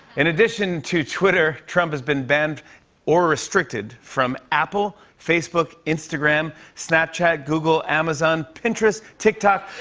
in addition to twitter, trump has been banned or restricted from apple, facebook, instagram, snapchat, google, amazon, pinterest, tiktok.